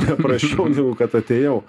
ne prasčiau negu kad atėjau